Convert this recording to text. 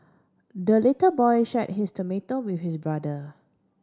the little boy shared his tomato with his brother